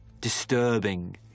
disturbing